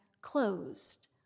closed